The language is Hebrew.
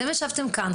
אתם ישבת כאן,